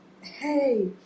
hey